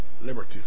liberty